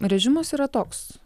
režimas yra toks